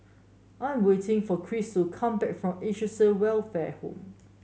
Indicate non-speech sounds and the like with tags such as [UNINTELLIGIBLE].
I am waiting for Cris to come back from [UNINTELLIGIBLE] Welfare Home